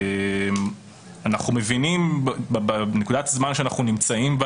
אנחנו מבינים בנקודת הזמן בה אנחנו נמצאים,